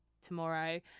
tomorrow